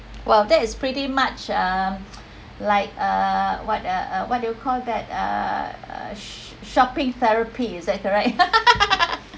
!wow! that is pretty much uh like uh what uh what do you call that err shopping therapy is that correct